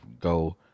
go